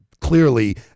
clearly